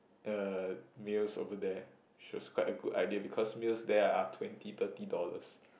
the meals over there which was quite a good idea because meals there are twenty thirty dollars